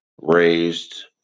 raised